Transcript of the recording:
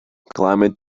climate